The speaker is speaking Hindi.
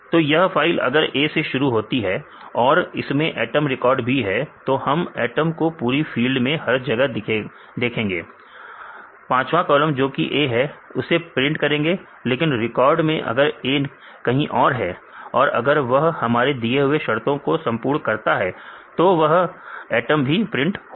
तो यह फाइल अगर A से शुरू होती है और इसमें एटम रिकॉर्ड भी है तो हम एटम को पूरी फील्ड में हर जगह देखेंगे पांचवा कॉलम जो कि A है उसे प्रिंट करेंगे लेकिन रिकॉर्ड में अगर A कहीं और है और अगर वह हमारे दिए हुए शर्तों को संपूर्ण करता है तो वह एटम भी प्रिंट होगा